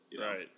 Right